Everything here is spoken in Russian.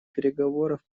переговоров